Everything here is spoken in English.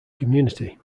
community